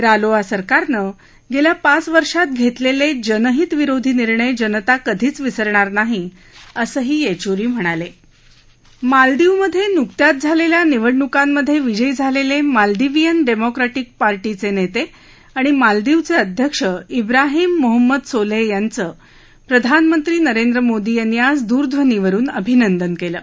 रालोआ सरकारनं गव्खा पाच वर्षात घस्मिष्टाजनहित विरोधी निर्णय जनता कधीच विसरणार नाही असंही यद्धिरी म्हणाल मालदीवमधनुकत्याच झालख्खा निवडणुकांमधबिजयी झालख्खमालदिवीयन डर्मीक्रॅटीक पार्टीचउित्त आणि मालदीवच अध्यक्ष इब्राहिम मोहम्मद सोलह यांचं प्रधानमंत्री नरेंद्र मोदी यांनी आज दूरध्वनीवरुन अभिनंदन कलि